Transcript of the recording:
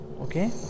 okay